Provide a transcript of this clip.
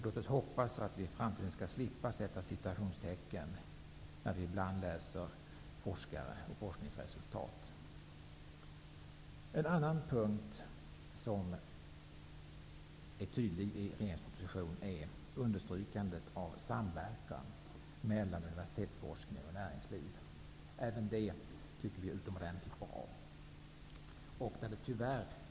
Låt oss hoppas att vi i framtiden skall slippa sätta citationstecken när vi ibland läser forskningsresultat. En annan punkt som är tydlig i regeringens proposition är understrykandet av samverkan mellan universitetsforskning och näringsliv. Även det tycker vi är utomordentligt bra.